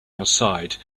outside